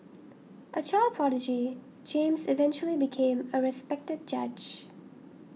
a child prodigy James eventually became a respected judge